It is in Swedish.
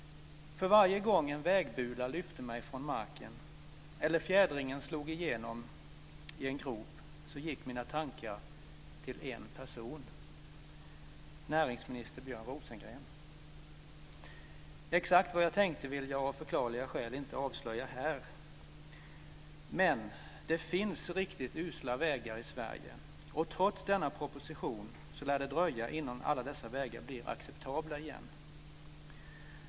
Varje gång en vägbula lyfte mig från marken eller fjädringen slog igenom i en grop gick mina tankar till en person: näringsminister Björn Rosengren. Exakt vad jag tänkte vill jag av förklarliga skäl inte avslöja här, men det finns riktigt usla vägar i Sverige, och trots denna proposition lär det dröja innan alla dessa vägar blir acceptabla igen.